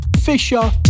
Fisher